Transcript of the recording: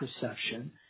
perception